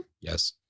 Yes